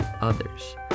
others